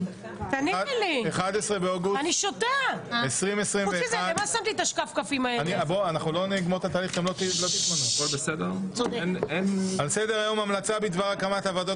11 באוגוסט 2021. על סדר היום המלצה בדבר הקמת הוועדות